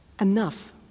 Enough